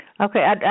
Okay